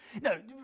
No